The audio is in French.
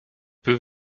peux